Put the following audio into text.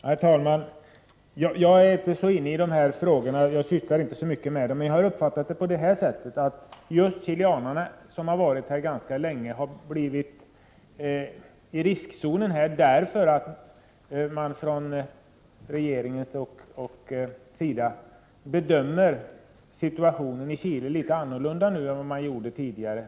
Herr talman! Jag är inte så insatt i dessa frågor, för jag sysslar inte så mycket med dem. Men jag har uppfattat saken så att just chilenarna, som har varit i Sverige ganska länge, har kommit i riskzonen därför att man från regeringens sida bedömer situationen i Chile på ett annat sätt nu än vad man gjorde tidigare.